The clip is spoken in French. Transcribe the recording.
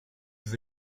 veux